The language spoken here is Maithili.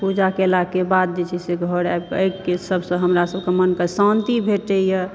पूजा केलाके बाद जे छै से घर आबिकऽ सबसे हमरा सबके मनकऽ शान्ति भेटैए